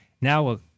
Now